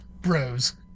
bros